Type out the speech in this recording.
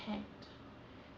packed